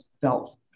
felt